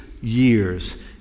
years